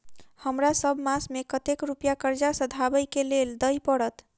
हमरा सब मास मे कतेक रुपया कर्जा सधाबई केँ लेल दइ पड़त?